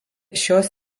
šios